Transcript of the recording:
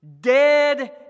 Dead